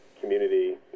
community